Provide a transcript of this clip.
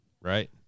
right